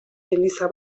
eliza